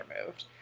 removed